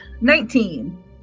Nineteen